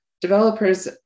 Developers